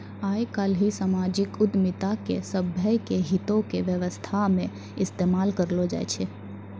आइ काल्हि समाजिक उद्यमिता के सभ्भे के हितो के व्यवस्था मे इस्तेमाल करलो जाय छै